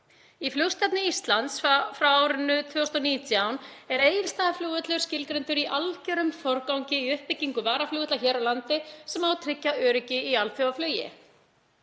Í flugstefnu Íslands frá árinu 2019 er Egilsstaðaflugvöllur skilgreindur í algjörum forgangi í uppbyggingu varaflugvalla hér á landi sem á að tryggja öryggi í alþjóðaflugi.